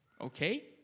Okay